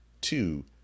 two